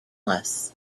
less